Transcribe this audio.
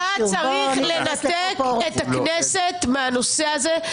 אתה צריך לנתק את הכנסת מהנושא הזה,